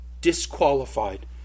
Disqualified